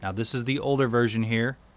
yeah this is the older version here,